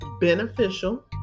beneficial